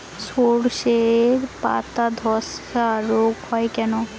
শর্ষের পাতাধসা রোগ হয় কেন?